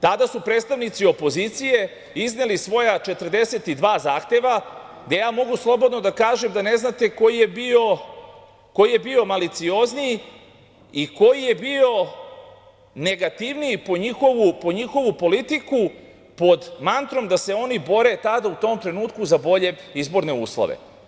Tada su predstavnici opozicije izneli svoja 42 zahteva gde ja mogu slobodno da kažem da ne znate koji je bio maliciozniji i koji je bio negativniji po njihovu politiku, a pod mantrom da se oni bore u tom trenutku za bolje izborne uslove.